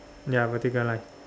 ya vertical line